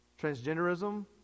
transgenderism